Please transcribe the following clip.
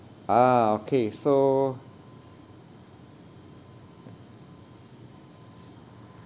ah okay so